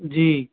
जी